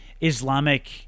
Islamic